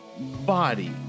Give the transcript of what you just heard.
body